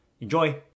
Enjoy